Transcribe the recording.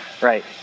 Right